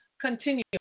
continue